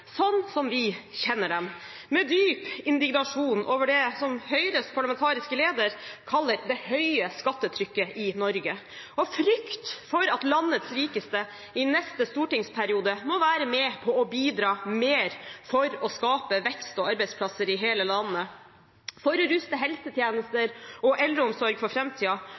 sånn som vi kjenner dem, med dyp indignasjon over det som Høyres parlamentariske leder kaller «det høye skattetrykket i Norge» – av frykt for at landets rikeste i neste stortingsperiode må være med på å bidra mer for å skape vekst og arbeidsplasser i hele landet, for å ruste helsetjenester og eldreomsorg for